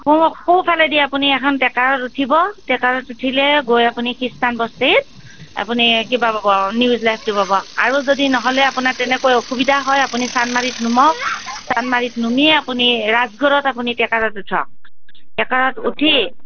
সোঁ সোঁফালেদি আপুনি এখন ট্ৰেকাৰত উঠিব ট্ৰেকাৰত উঠিলে গৈ আপুনি খ্ৰীষ্টানবস্তিত আপুনি কি বা পাব নিউজ লাইভটো পাব আৰু যদি নহ'লে আপোনাক তেনেকৈ অসুবিধা হয় আপুনি চান্দমাৰিত নামক চান্দমাৰিত নামিয়ে আপুনি ৰাজগড়ত আপুনি ট্ৰেকাৰত উঠক ট্ৰেকাৰত উঠি